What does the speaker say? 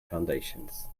foundations